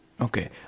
okay